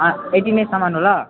यति नै समान हो ल